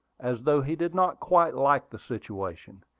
as though he did not quite like the situation.